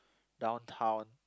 downtown